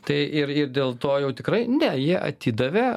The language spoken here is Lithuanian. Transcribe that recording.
tai ir ir dėl to jau tikrai ne jie atidavė